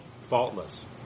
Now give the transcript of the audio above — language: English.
faultless